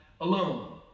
alone